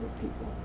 people